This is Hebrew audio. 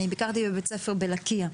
אני ביקרתי בבית-ספר בלקייה,